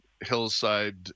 hillside